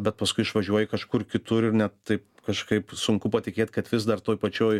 bet paskui išvažiuoji kažkur kitur ir net taip kažkaip sunku patikėt kad vis dar toj pačioj